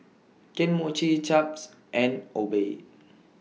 Kane Mochi Chaps and Obey